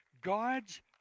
God's